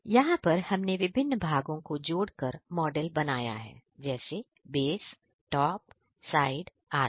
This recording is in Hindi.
यहां पर हमने विभिन्न भागों को जोड़कर मॉडल बनाया है जैसे बेस टॉप साइड आदि